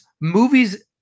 movies